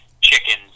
chickens